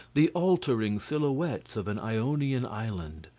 the altering silhouettes of an ionian island.